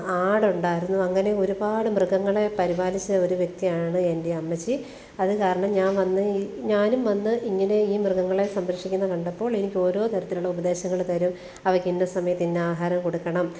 ആട് ഉണ്ടായിരുന്നു അങ്ങനെ ഒരുപാട് മൃഗങ്ങളെ പരിപാലിച്ച ഒരു വ്യക്തിയാണ് എന്റെ അമ്മച്ചി അത് കാരണം ഞാൻ വന്ന് ഞാനും വന്ന് ഇങ്ങനെ ഈ മൃഗങ്ങളെ സംരക്ഷിക്കുന്നത് കണ്ടപ്പോള് എനിക്ക് ഓരോ തരത്തിലുള്ള ഉപദേശങ്ങൾ തരും അവയ്ക്ക് ഇന്ന സമയത്ത് ഇന്ന ആഹാരം കൊടുക്കണം